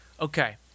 Okay